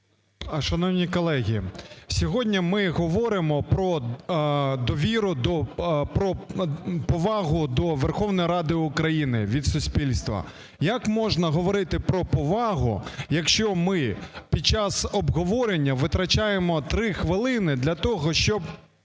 Шановні колеги, сьогодні ми говоримо про довіру, про повагу до Верховної Ради України від суспільства. Як можна говорити про повагу, якщо ми під час обговорення витрачаємо 3 хвилини для того, щоб